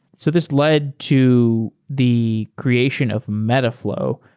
so this led to the creation of metaflow,